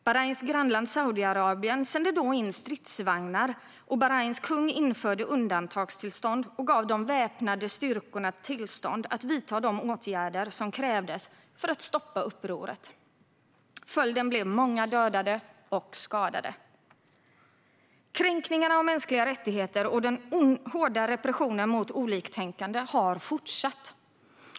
Bahrains grannland Saudiarabien sände då in stridsvagnar, och Bahrains kung införde undantagstillstånd och gav de väpnade styrkorna tillstånd att vidta de åtgärder som krävdes för att stoppa upproret. Följden blev många dödade och skadade. Kränkningarna av mänskliga rättigheter och den hårda repressionen mot oliktänkande har fortsatt.